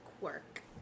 Quirk